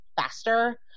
faster